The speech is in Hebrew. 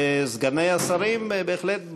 וסגני השרים בהחלט באים,